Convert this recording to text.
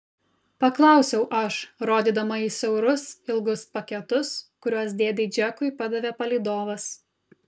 paklausiau aš rodydama į siaurus ilgus paketus kuriuos dėdei džekui padavė palydovas